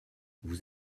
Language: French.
vous